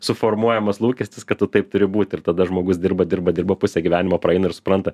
suformuojamas lūkestis kad tu taip turi būt ir tada žmogus dirba dirba dirba pusė gyvenimo praeina ir supranta